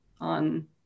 on